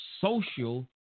social